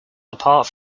apart